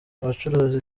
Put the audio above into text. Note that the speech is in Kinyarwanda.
abacuruzi